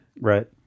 Right